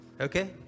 Okay